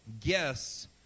guess